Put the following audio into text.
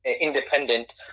independent